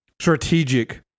Strategic